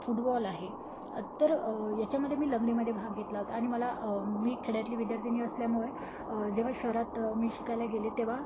football आहे तर याच्यामध्ये मी लंगडीमध्ये भाग घेतला होता आणि मला मी खेड्यातली विद्यार्थीनी असल्यामुळे जेव्हा शहरात मी शिकायला गेले तेव्हा